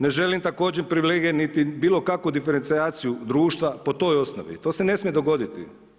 Ne želim također privilegije niti bilo kakvu diferencijaciju društva po toj osnovi, to se ne smije dogoditi.